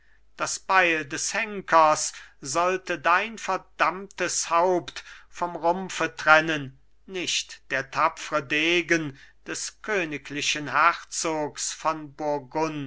das beil des henkers sollte dein verdammtes haupt vom rumpfe trennen nicht der tapfre degen des königlichen herzogs von